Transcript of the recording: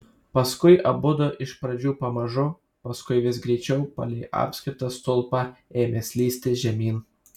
paskui abudu iš pradžių pamažu paskui vis greičiau palei apskritą stulpą ėmė slysti žemyn